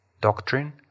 doctrine